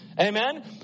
Amen